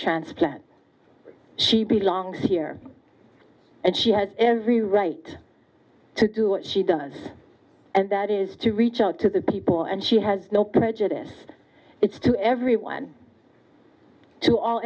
to she belongs here and she has every right to do what she does and that is to reach out to the people and she has no prejudice it's to everyone to all